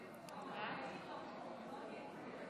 ביקשתי לפניו.